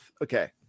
Okay